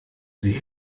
sie